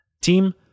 team